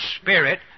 Spirit